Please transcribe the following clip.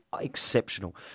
exceptional